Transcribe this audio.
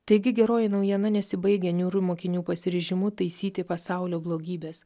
taigi geroji naujiena nesibaigia niūriu mokinių pasiryžimu taisyti pasaulio blogybes